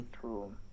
true